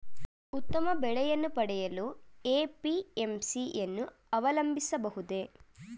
ಉತ್ತಮ ಬೆಲೆಯನ್ನು ಪಡೆಯಲು ಎ.ಪಿ.ಎಂ.ಸಿ ಯನ್ನು ಅವಲಂಬಿಸಬಹುದೇ?